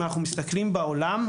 אם אנחנו מסתכלים בעולם,